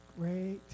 great